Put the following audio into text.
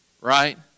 right